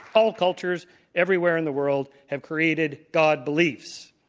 all cultures everywhere in the world have created god beliefs.